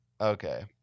Okay